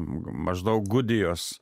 maždaug gudijos